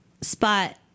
Spot